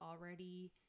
already